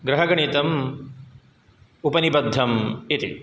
ग्रहगणितम् उपनिबद्धम् इति